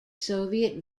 soviet